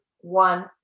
one